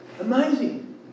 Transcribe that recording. Amazing